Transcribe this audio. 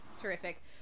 terrific